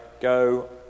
Go